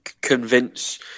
convince